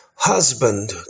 Husband